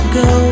go